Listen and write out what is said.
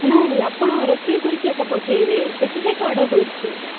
ନାଇଁ ଆପଣ ରୋଷେଇ କରିକି ଏକା ପଠେଇବେ ସେଥିପାଇଁ ତ ଅର୍ଡର୍ କରୁଛି